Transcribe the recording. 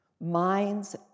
minds